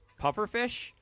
pufferfish